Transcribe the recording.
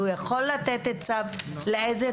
הוא יכול לתת את הצו לתקופה.